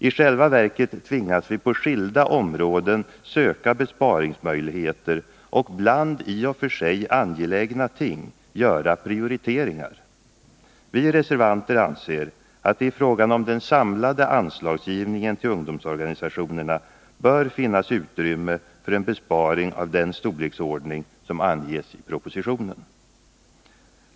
I själva verket tvingas vi på skilda områden söka besparingsmöjligheter och bland i och för sig angelägna ting göra prioriteringar. Vi reservanter anser att det i fråga om den samlade anslagsgivningen till ungdomsorganisationerna bör finnas utrymme för en besparing av den storleksordning som anges i propositionen.